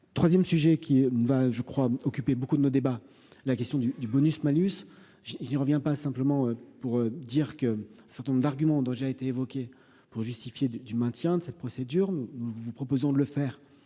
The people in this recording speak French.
3ème sujet qui va je crois occuper beaucoup de nos débats, la question du du bonus malus, j'ai, j'y reviens, pas simplement pour dire que certain nombre d'arguments dont j'ai été évoquée pour justifier du maintien de cette procédure, nous vous proposons de le faire